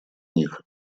них